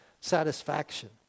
satisfaction